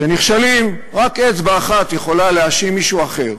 כשנכשלים, רק אצבע אחת יכולה להאשים מישהו אחר.